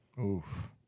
Oof